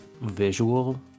visual